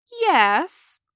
Yes